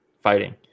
fighting